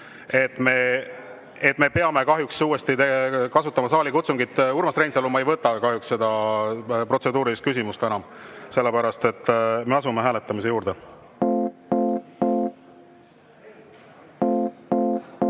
et me peame uuesti kasutama saalikutsungit. Urmas Reinsalu, ma ei võta kahjuks seda protseduurilist küsimust, sest me asume hääletamise juurde.